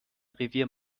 revier